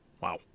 Wow